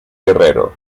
guerrero